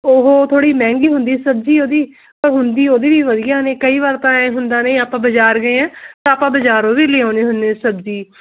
ਉਹ ਥੋੜ੍ਹੀ ਮਹਿੰਗੀ ਹੁੰਦੀ ਸਬਜ਼ੀ ਉਹਦੀ ਪਰ ਹੁੰਦੀ ਉਹਦੀ ਵੀ ਵਧੀਆ ਨੇ ਕਈ ਵਾਰ ਤਾਂ ਐਂ ਹੁੰਦਾ ਨਹੀਂ ਆਪਾਂ ਬਾਜ਼ਾਰ ਗਏ ਹਾਂ ਤਾਂ ਆਪਾਂ ਬਾਜ਼ਾਰੋਂ ਵੀ ਲਿਆਉਂਦੇ ਹੁੰਦੇ ਹਾਂ ਸਬਜ਼ੀ